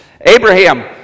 Abraham